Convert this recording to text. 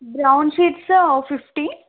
brown sheets ఒక fifty